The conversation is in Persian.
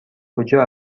کجا